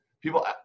People